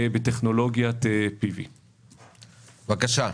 בטכנולוגיית PV. בבקשה.